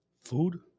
food